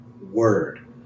word